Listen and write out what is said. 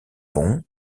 pont